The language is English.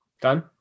Done